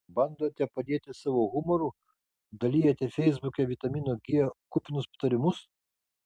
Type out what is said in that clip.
bandote padėti savo humoru dalijate feisbuke vitamino g kupinus patarimus